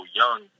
young